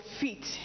feet